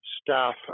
staff